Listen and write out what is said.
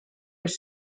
was